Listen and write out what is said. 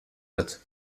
wird